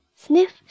Sniff